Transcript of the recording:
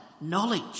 knowledge